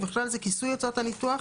ובכלל זה כיסוי הוצאות הניתוח,